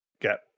get